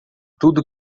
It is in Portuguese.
tudo